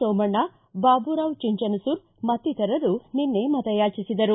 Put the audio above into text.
ಸೋಮಣ್ಣ ಬಾಬುರಾವ್ ಚಿಂಚನಸೂರ್ ಮತ್ತಿತರರು ನಿನ್ನೆ ಮತಯಾಚಿಸಿದರು